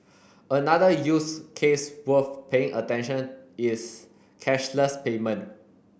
another use case worth paying attention is cashless payment